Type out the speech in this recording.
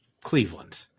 Cleveland